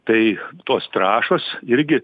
tai tos trąšos irgi